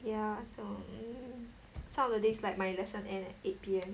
ya so mm some of the days like my lesson end at eight P_M